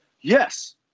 Yes